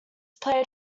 played